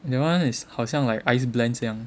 that one is 好像 like ice blend 像